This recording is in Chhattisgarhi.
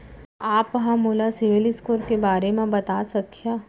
का आप हा मोला सिविल स्कोर के बारे मा बता सकिहा?